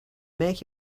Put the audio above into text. make